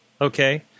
Okay